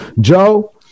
Joe